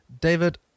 David